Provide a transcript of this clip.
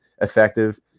effective